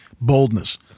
boldness